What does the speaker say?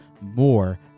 More